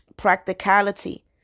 practicality